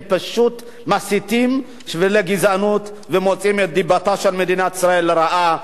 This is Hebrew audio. הם פשוט מסיתים לגזענות ומוציאים את דיבתה של מדינת ישראל רעה.